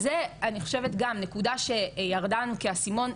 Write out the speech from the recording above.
אז זה אני חושבת גם נקודה שירדה לנו כאסימון,